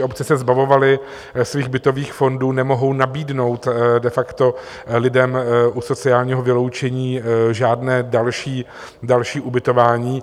Obce se zbavovaly svých bytových fondů, nemohou nabídnout de facto lidem u sociálního vyloučení žádné další ubytování.